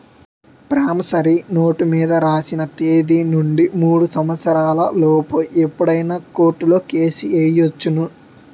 promissory note మీద రాసిన తేదీ నుండి మూడు సంవత్సరాల లోపు ఎప్పుడైనా కోర్టులో కేసు ఎయ్యొచ్చును